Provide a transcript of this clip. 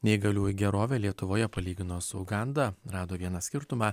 neįgaliųjų gerovę lietuvoje palygino su uganda rado vieną skirtumą